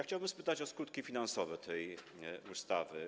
Chciałbym spytać o skutki finansowe tej ustawy.